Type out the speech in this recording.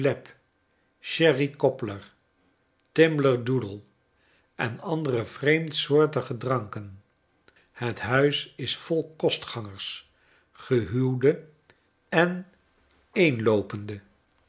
doodle en andere vreemdsoortige drankken het huis is vol kostgangers gehuwde en eenloopeftde